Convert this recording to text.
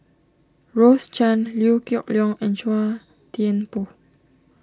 Rose Chan Liew Geok Leong and Chua Thian Poh